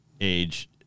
age